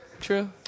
true